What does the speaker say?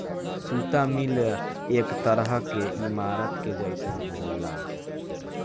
सुता मिल एक तरह के ईमारत के जइसन होला